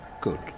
Good